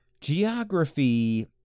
geography